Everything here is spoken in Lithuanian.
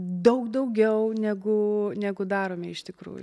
daug daugiau negu negu darome iš tikrųjų